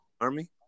Army